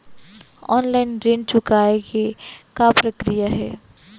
Online ऋण चुकोय के का प्रक्रिया हे?